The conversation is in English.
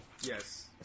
Yes